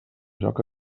joc